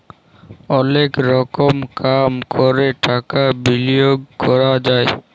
অলেক রকম কাম ক্যরে টাকা বিলিয়গ ক্যরা যায়